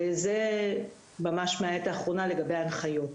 זה ממש מהעת האחרונה לגבי ההנחיות.